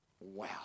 Wow